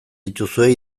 dituzue